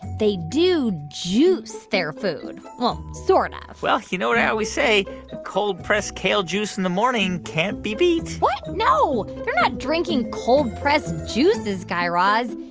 they do juice their food. well, sort of well, you know, what i always say a cold-pressed kale juice in the morning can't be beat what? no. they're not drinking cold-pressed juices, guy raz.